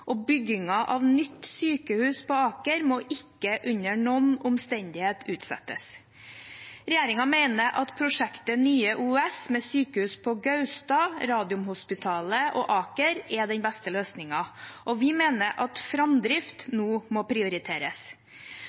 og byggingen av nytt sykehus på Aker må ikke under noen omstendighet utsettes. Regjeringen mener at prosjektet Nye OUS, med sykehus på Gaustad, Radiumhospitalet og Aker, er den beste løsningen, og vi mener at framdrift nå må prioriteres.